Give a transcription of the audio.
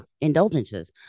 indulgences